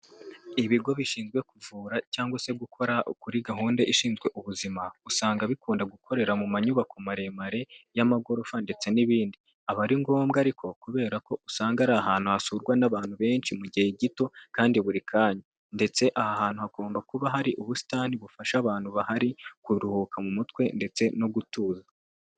Ibigo bishinzwe kuvura cyangwa se gukora kuri gahunda ishinzwe ubuzima, usanga bikunda gukorera mu manyubako maremare, y'amagorofa ndetse n'ibindi. Aba ari ngombwa ariko, kubera ko usanga ari ahantu hasurwa n'abantu benshi mu gihe gito, kandi buri kanya. Ndetse aha hantu hagomba kuba hari ubusitani bufasha abantu bahari, kuruhuka mu mutwe ndetse no gutuza.